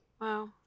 Wow